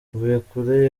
mvuyekure